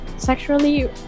Sexually